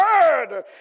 heard